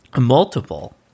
Multiple